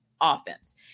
offense